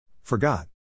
Forgot